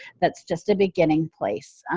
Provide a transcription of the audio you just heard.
that's just a beginning place.